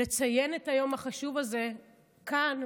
לציין את היום החשוב הזה כאן,